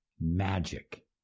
magic